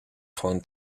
gewoon